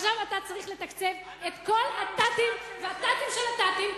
עכשיו אתה צריך לתקצב את כל הת"תים ות"תים של הת"תים,